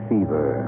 Fever